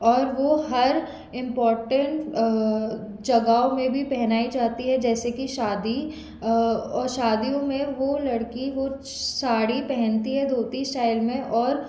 और वो हर इम्पोर्टेन्ट जगहों में भी पहनाई जाती है जैसे की शादी शादियों में वो लड़की कुछ साड़ी पहनती है धोती स्टाइल में और